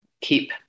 keep